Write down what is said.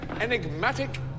enigmatic